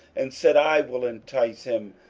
and said, i will entice him.